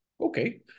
Okay